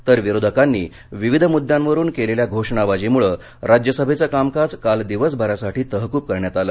तर विरोधकांनी विविध मुद्द्यावरून केलेल्या घोषणाबाजीमुळे राज्यसभेचं कामकाज काल दिवसभरासाठी तहकूब करण्यात आलं